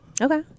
okay